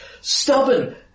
stubborn